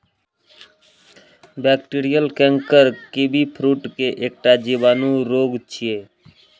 bacterial canker kiwifruit के एकटा जीवाणु रोग छियै